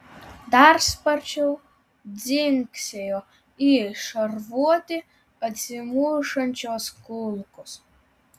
dar sparčiau dzingsėjo į šarvuotį atsimušančios kulkos